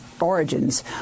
origins